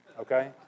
Okay